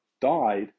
died